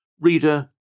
Reader